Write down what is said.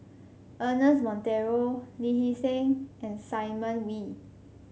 Ernest Monteiro Lee Hee Seng and Simon Wee